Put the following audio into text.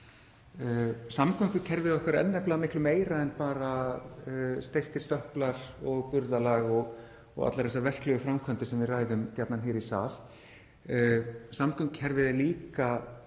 Samgöngukerfið okkar er nefnilega miklu meira en bara steyptir stöplar og burðarlag og allar þessar verklegu framkvæmdir sem við ræðum gjarnan í þessum sal. Samgöngukerfið er líka